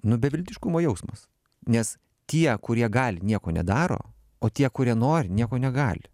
nu beviltiškumo jausmas nes tie kurie gali nieko nedaro o tie kurie nori nieko negali